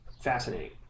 fascinating